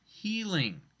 healing